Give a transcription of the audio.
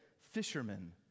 fishermen